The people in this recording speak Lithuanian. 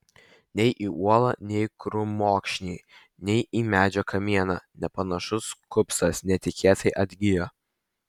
nei į uolą nei į krūmokšnį nei į medžio kamieną nepanašus kupstas netikėtai atgijo